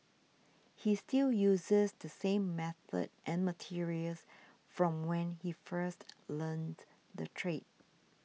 he still uses the same method and materials from when he first learnt the trade